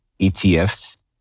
ETFs